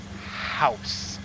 house